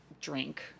drink